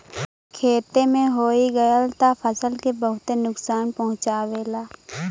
खेते में होई गयल त फसल के बहुते नुकसान पहुंचावेला